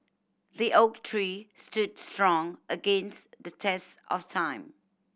the oak tree stood strong against the test of time